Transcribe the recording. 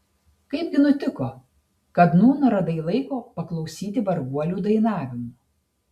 kaipgi nutiko kad nūn radai laiko paklausyti varguolių dainavimo